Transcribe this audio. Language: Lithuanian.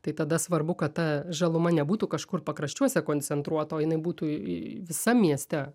tai tada svarbu kad ta žaluma nebūtų kažkur pakraščiuose koncentruota o jinai būtų visam mieste